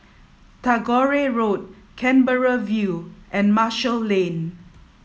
Tagore Road Canberra View and Marshall Lane